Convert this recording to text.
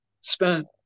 spent